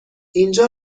اینجا